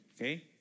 Okay